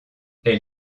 elle